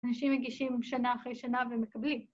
‫אנשים מגישים שנה אחרי שנה ומקבלים.